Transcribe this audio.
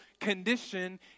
condition